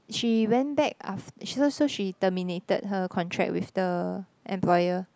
she went back aft~ so so she terminated her contract with the employer